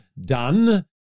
done